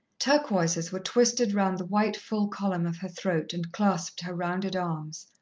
turquoises were twisted round the white, full column of her throat, and clasped her rounded arms.